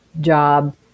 job